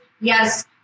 Yes